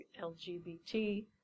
LGBT